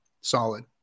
solid